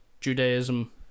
Judaism